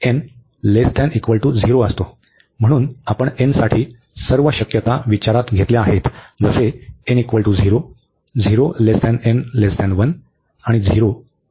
म्हणून आपण n साठी सर्व शक्यता विचारात घेतल्या आहेत जसे n0 0n1 आणि 0 आणि n≥1